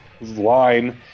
line